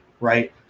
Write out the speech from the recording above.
right